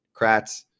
Kratz